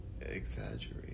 exaggerate